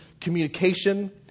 communication